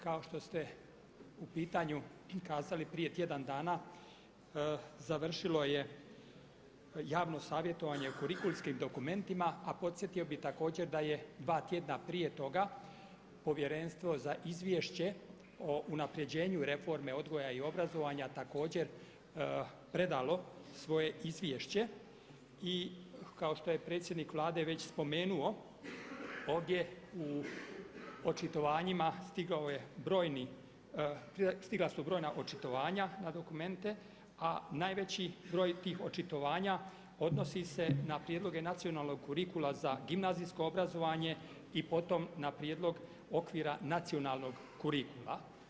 Kao što ste u pitanju kazali prije tjedan dana, završilo je javno savjetovanje kurikulskim dokumentima a podsjetio bih također da je dva tjedna prije toga Povjerenstvo za izvješće o unapređenju reforme odgoja i obrazovanja također predalo svoje izvješće i kao što je predsjednik Vlade već spomenuo ovdje u očitovanjima stigao je brojni, stigla su brojna očitovanja na dokumente a najveći broj tih očitovanja odnosi se na prijedloge nacionalnog kurikuluma za gimnazijsko obrazovanje i potom na prijedlog okvira nacionalnog kurikula.